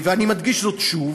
ואני מדגיש זאת שוב,